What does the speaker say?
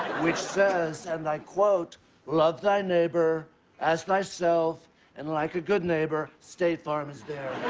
which says, and i quote love thy neighbor as thy self and like a good neighbor state farm is there.